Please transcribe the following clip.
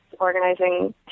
organizing